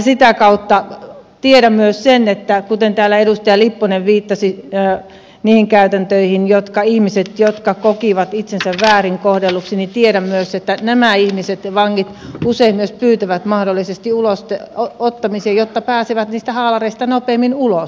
sitä kautta tiedän myös sen kuten täällä edustaja lipponen viittasi niihin käytäntöihin joissa ihmiset kokivat itsensä väärin kohdelluiksi että nämä ihmiset ja vangit usein myös pyytävät mahdollisesti ulosteen ottamisen jotta pääsevät niistä haalareista nopeammin ulos